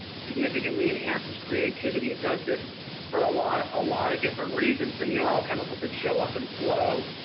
significantly enhances creativity. it does this for a lot ah lot of different reasons. the neurochemicals that show up in flow,